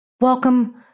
Welcome